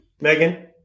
Megan